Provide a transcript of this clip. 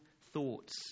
thoughts